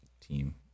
team